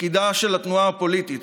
תפקידה של התנועה הפוליטית,